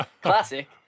classic